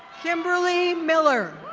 kimberly miller.